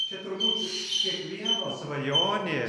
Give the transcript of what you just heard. čia turbūt kiekvieno svajonė